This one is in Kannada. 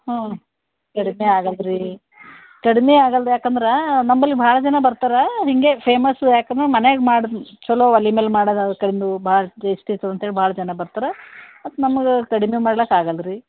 ಹಾಂ ಕಡಿಮೆ ಆಗಲ್ಲ ರೀ ಕಡಿಮೆ ಆಗಲ್ಲ ಯಾಕಂದ್ರೆ ನಮ್ಮಲ್ಲಿ ಭಾಳ ಜನ ಬರ್ತಾರೆ ಹೀಗೆ ಫೇಮಸ್ಸು ಯಾಕಂದ್ರೆ ಮನ್ಯಾಗೆ ಮಾಡದ್ನ ಛಲೋ ಒಲಿ ಮೇಲೆ ಮಾಡದಾಕಂದು ಭಾಳ ಟೆಸ್ಟ್ ಇರ್ತವೆ ಅಂತೇಳಿ ಭಾಳ ಜನ ಬರ್ತಾರೆ ಮತ್ತೆ ನಮಗೇ ಕಡಿಮೆ ಮಾಡ್ಲಾಕೆ ಆಗಲ್ಲ ರೀ